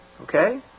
Okay